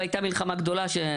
והייתה מלחמה גדולה.